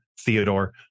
Theodore